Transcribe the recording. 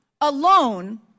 alone